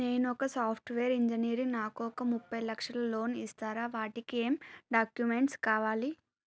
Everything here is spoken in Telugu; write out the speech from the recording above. నేను ఒక సాఫ్ట్ వేరు ఇంజనీర్ నాకు ఒక ముప్పై లక్షల లోన్ ఇస్తరా? వాటికి ఏం డాక్యుమెంట్స్ కావాలి?